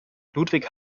ludwig